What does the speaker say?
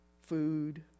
food